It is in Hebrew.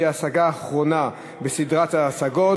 שהיא השגה אחרונה בסדרת ההשגות.